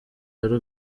y’u